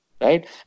right